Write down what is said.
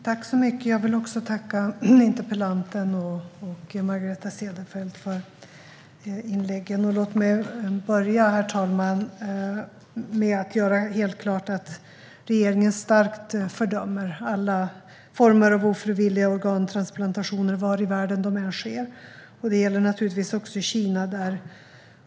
Herr talman! Jag vill tacka interpellanten och Margareta Cederfelt för inläggen. Låt mig börja med att göra helt klart att regeringen starkt fördömer alla former av ofrivilliga organtransplantationer, var i världen de än sker. Detta gäller naturligtvis också i Kina.